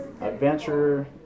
adventure